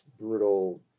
brutal